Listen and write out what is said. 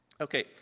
Okay